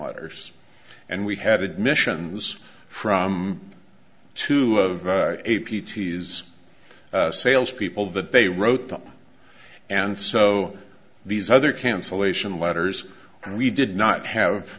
letters and we had admissions from two of a petey's salespeople that they wrote them and so these other cancellation letters and we did not have